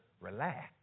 relax